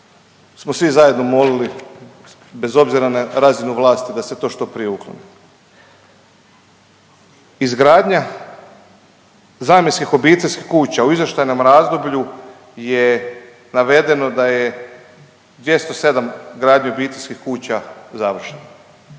svi zajedno molili bez obzira na razinu vlasti da se to što prije ukloni. Izgradnja zamjenskih obiteljskih kuća u izvještajnom razdoblju je navedeno da je 207 gradnje obiteljskih kuća završeno.